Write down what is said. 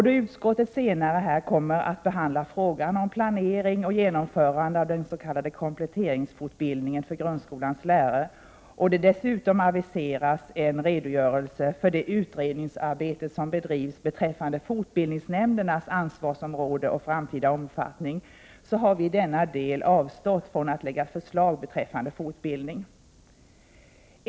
Då utskottet senare kommer att behandla frågan om planering och genomförande av den s.k. kompletteringsfortbildningen för grundskolans lärare och då det dessutom aviseras en redogörelse för det utredningsarbete som bedrivs beträffande fortbildningsnämndernas ansvarsområde och framtida omfattning har vi i denna del avstått från att lägga fram förslag beträffande fortbildning.